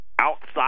outside